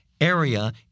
area